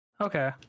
Okay